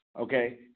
okay